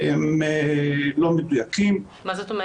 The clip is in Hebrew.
הם לא מדויקים -- מה זאת אומרת?